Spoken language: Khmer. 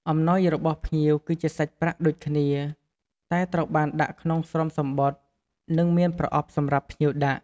អំណោយរបស់ភ្ញៀវ គឺជាសាច់ប្រាក់ដូចគ្នា តែត្រូវបានដាក់ក្នុងស្រោមសំបុត្រ និងមានប្រអប់សម្រាប់ភ្ញៀវដាក់។